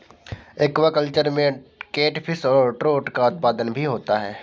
aquaculture में catfish और trout का उत्पादन भी होता है